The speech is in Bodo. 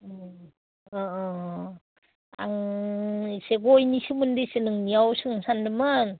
अह अह आं एसे गयनि सोमोन्दैसो नोंनियाव सोंनो सानदोंमोन